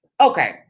Okay